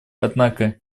однако